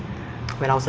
there was a